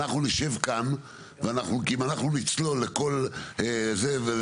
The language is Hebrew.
אנחנו נשב כאן ואם אנחנו נצלול לכל מחקר,